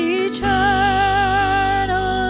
eternal